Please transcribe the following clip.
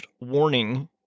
warning